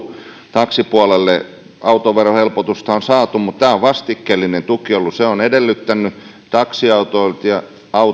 taksipuolelle autoverohelpotusta on saatu mutta tämä on ollut vastikkeellinen tuki se on edellyttänyt taksiautoilijalta